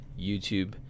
YouTube